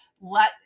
Let